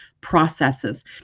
processes